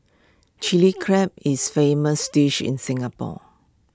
Chilli Crab is famous dish in Singapore